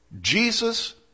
Jesus